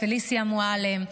לפליסיה מועלם,